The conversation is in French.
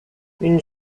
une